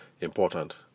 important